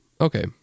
Okay